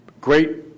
great